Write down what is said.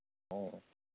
ꯑꯣ